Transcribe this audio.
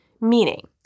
Meaning